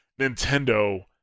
Nintendo